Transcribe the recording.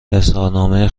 اظهارنامه